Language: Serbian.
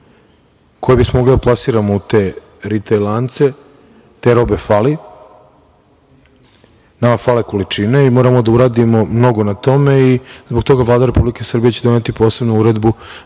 koje bismo mogli da plasiramo u te ritejl lance. Te robe fali. Nama fale količine i moramo da uradimo mnogo na tome. Zbog toga će Vlada Republike Srbije doneti posebnu uredbu